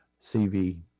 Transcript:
CV